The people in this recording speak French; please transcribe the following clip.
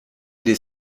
lès